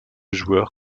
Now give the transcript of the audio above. joueur